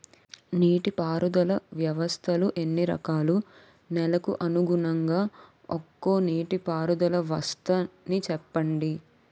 నీటి పారుదల వ్యవస్థలు ఎన్ని రకాలు? నెలకు అనుగుణంగా ఒక్కో నీటిపారుదల వ్వస్థ నీ చెప్పండి?